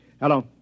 Hello